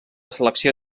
selecció